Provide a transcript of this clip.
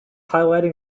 highlighting